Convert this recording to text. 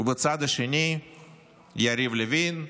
ובצד השני יריב לוין,